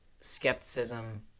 skepticism